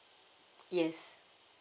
yes